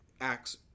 acts